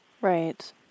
Right